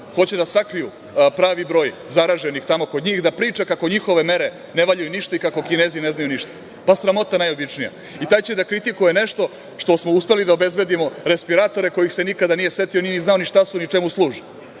hoće da sakriju pravi broj zaraženih tamo kod njih, da priča kako njihove mere ne valjaju ništa i kako Kinezi ne znaju ništa. Pa, sramota najobičnija.I taj će da kritikuje nešto što smo uspeli da obezbedimo respiratore kojih se nikada nije setio, nije znao ni šta su, ni čemu služe.